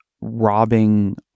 robbing